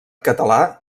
català